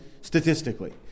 Statistically